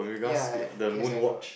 ya yes I know